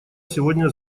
сегодня